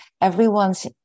everyone's